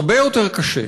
הרבה יותר קשה,